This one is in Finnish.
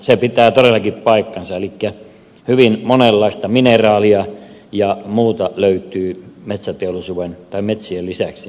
se pitää todellakin paikkansa elikkä hyvin monenlaista mineraalia ja muuta löytyy kainuusta metsien lisäksi